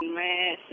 man